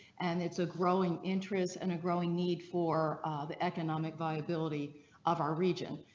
and it's a growing interest in a growing need for the economic viability of our region.